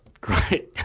Great